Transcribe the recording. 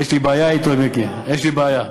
יש לי בעיה אתו, מיקי, יש לי בעיה.